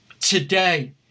today